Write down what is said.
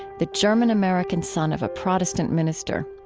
the german-american son of a protestant minister.